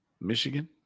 Michigan